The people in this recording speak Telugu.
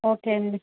ఓకే అండి